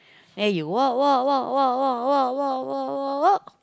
then you walk walk walk walk walk walk walk walk walk walk